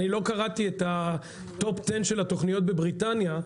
לא קראתי את ה-Top Ten של התוכניות בבריטניה,